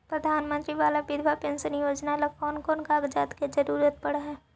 प्रधानमंत्री बाला बिधवा पेंसन योजना ल कोन कोन कागज के जरुरत पड़ है?